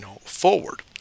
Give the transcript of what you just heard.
forward